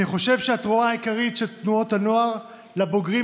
אני חושב שהתרומה העיקרית של תנועות הנוער לבוגרים